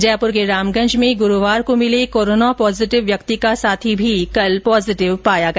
जयपुर के रामगंज में गुरूवार को मिले कोरोना पॉजीटिव व्यक्ति का साथी भी कल पॉजीटिव पाया गया